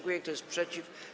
Kto jest przeciw?